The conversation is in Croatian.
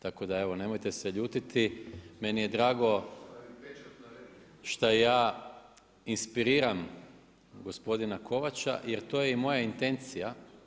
Tako da evo nemojte se ljutiti, meni je drago šta ja inspiriram gospodina Kovača jer to je i moja intencija.